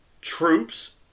troops